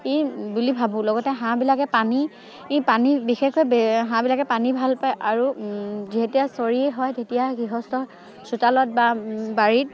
ই বুলি ভাবোঁ লগতে হাঁহবিলাকে পানী ই পানী বিশেষকৈ হাঁহবিলাকে পানী ভালপায় আৰু যেতিয়া চৰি হয় তেতিয়া গৃহস্থৰ চোতালত বা বাৰীত